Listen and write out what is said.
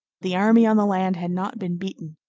the army on the land had not been beaten.